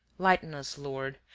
lighten us, lord,